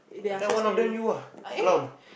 then one of them you lah clown